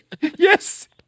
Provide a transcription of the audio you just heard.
Yes